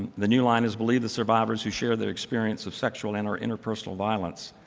the new line is believe the survivors who share their experience of sexual and or interpersonal violence,